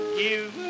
give